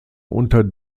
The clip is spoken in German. unter